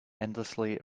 endlessly